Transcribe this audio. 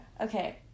Okay